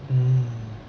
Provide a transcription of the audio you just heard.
hmm